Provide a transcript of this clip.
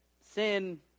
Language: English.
sin